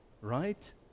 Right